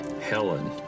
Helen